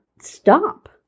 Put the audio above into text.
stop